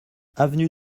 avenue